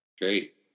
Great